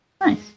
Nice